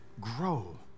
grow